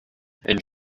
and